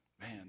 Man